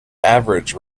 average